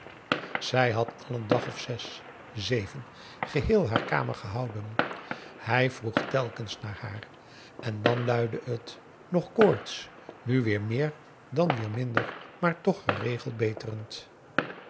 zij had al n dag of zes zeven geheel haar kamer gehouden hij vroeg telkens naar haar en dan luidde het nog koorts nu weer meer dan weer minder maar toch geregeld beterend